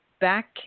back